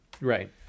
right